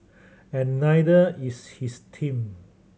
and neither is his team